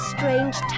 Strange